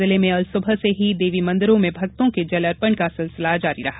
जिले में अल सुबह से ही देवी मंदिरों में भक्तों के जल अर्पण का सिलसिला जारी रहा